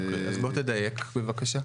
אוקי, אז בוא תדייק, בבקשה.